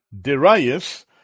Darius